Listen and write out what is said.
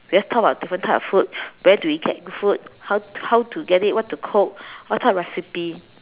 we have to talk about different type of food where do we get good food how how to get it what to cook what type of recipe